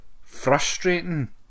frustrating